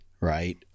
right